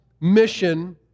mission